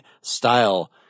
style